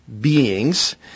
beings